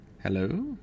Hello